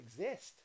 exist